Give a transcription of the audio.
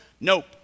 nope